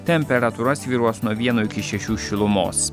temperatūra svyruos nuo vieno iki šešių šilumos